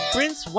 Prince